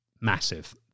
massive